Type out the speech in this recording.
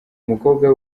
umukobwa